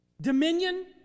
Dominion